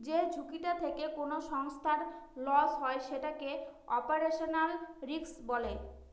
যে ঝুঁকিটা থেকে কোনো সংস্থার লস হয় সেটাকে অপারেশনাল রিস্ক বলে